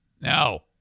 No